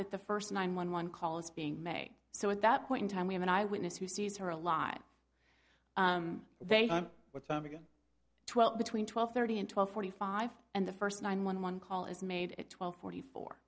that the first nine one one call is being made so at that point in time we have an eyewitness who sees her alive they time twelve between twelve thirty and twelve forty five and the first nine one one call is made at twelve forty fo